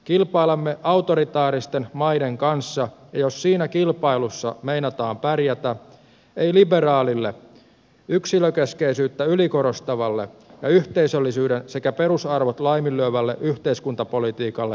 kilpailemme autoritaaristen maiden kanssa ja jos siinä kilpailussa meinataan pärjätä ei liberaalille yksilökeskeisyyttä ylikorostavalle ja yhteisöllisyyden sekä perusarvot laiminlyövälle yhteiskuntapolitiikalle ole sijaa